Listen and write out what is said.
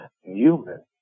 human